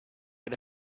get